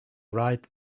right